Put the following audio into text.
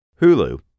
Hulu